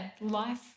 life